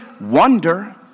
wonder